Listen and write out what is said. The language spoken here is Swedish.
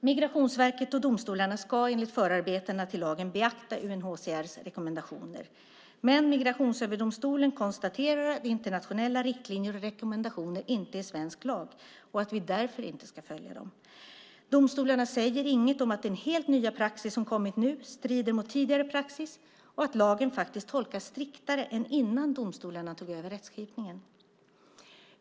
Migrationsverket och domstolarna ska enligt förarbetena till lagen beakta UNHCR:s rekommendationer, men Migrationsöverdomstolen konstaterar att internationella riktlinjer och rekommendationer inte är svensk lag och att vi därför inte ska följa dem. Domstolarna säger inget om att den helt nya praxis som kommit nu strider mot tidigare praxis och att lagen faktiskt tolkas striktare än innan domstolarna tog över rättsskipningen.